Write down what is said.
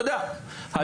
אתה יודע,